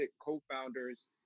co-founders